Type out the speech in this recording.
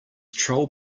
troll